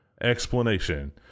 explanation